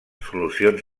solucions